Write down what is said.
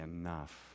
enough